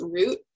root